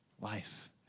life